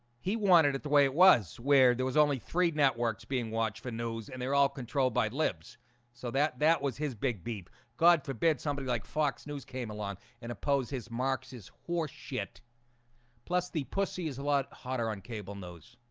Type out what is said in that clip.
he wanted it the way it was where there was only three networks being watched for news and they're all controlled by lips so that that was his big beep god forbid. somebody like fox news came along and opposed his marks his horseshit plus the pussy is a lot hotter on cable knows